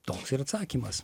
toks ir atsakymas